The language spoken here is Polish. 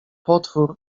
potwór